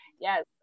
yes